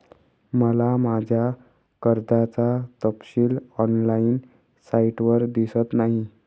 मला माझ्या कर्जाचा तपशील ऑनलाइन साइटवर दिसत नाही